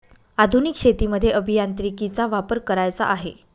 आधुनिक शेतीमध्ये अभियांत्रिकीचा वापर करायचा आहे